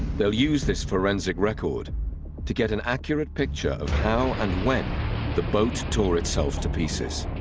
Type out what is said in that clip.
they'll use this forensic record to get an accurate picture of how and when the boat tore itself to pieces